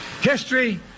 History